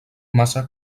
massa